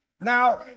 Now